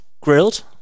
grilled